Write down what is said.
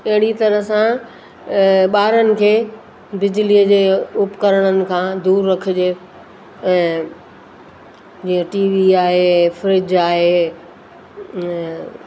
अहिड़ी तरह सां ॿारनि खे बिजलीअ जे उपकरणनि खां दूरि रखिजे जीअं टी वी आहे फ्रिज आहे